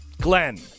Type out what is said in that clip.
Glenn